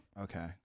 Okay